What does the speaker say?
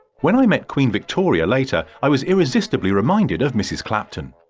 when i met queen victoria later i was irresistibly reminded of mrs. clapton.